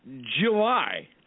July